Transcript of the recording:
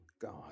God